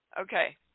okay